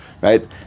right